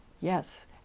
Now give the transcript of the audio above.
Yes